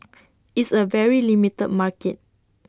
it's A very limited market